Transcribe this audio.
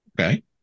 Okay